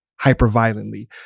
hyper-violently